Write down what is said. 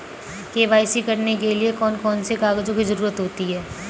KYC करने के लिए कौन कौन से कागजों की जरूरत होती है?